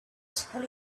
tell